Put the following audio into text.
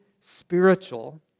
spiritual